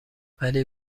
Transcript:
ولی